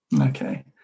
Okay